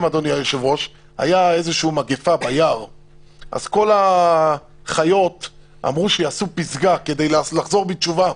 הייתה מגפה ביער אז כל החיות אמרו שיעשו פסגה כדי לחזור בתשובה.